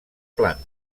planta